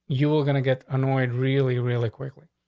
you are gonna get annoyed really, really quickly.